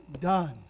done